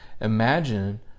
Imagine